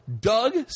Doug